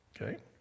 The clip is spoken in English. Okay